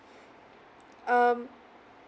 um